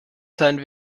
sein